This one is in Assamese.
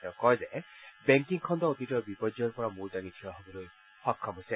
তেওঁ কয় যে বেংকি খণ্ড অতীতৰ বিপৰ্যয়ৰ পৰা মূৰ দাঙি থিয় হবলৈ সক্ষম হৈছে